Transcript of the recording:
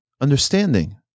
Understanding